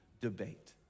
debate